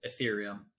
Ethereum